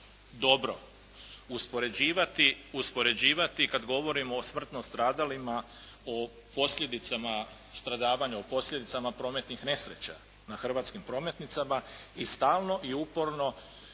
dobro uspoređivati kad govorimo o smrtno stradalima, o posljedicama stradavanja, o posljedicama prometnih nesreća na hrvatskim prometnicama i stalno i uporno